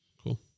Cool